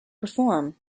perform